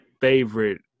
favorite